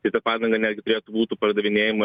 tai ta padanga netgi turėtų būtų pardavinėjama